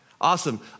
awesome